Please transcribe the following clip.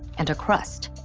and a crust.